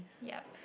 yup